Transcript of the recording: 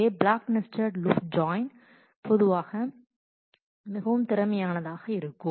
எனவே block nested loop join பொதுவாக மிகவும் திறமையாக இருக்கும்